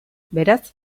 beraz